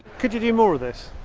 could you do more of this?